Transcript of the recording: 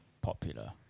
popular